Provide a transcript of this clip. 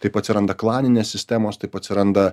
taip atsiranda klaninės sistemos taip atsiranda